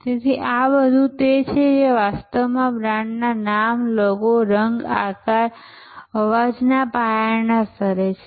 તેથી આ તે બધું છે જે વાસ્તવમાં બ્રાન્ડ નામ લોગો રંગ આકાર અવાજના પાયાના સ્તરે છે